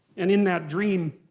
and in that dream,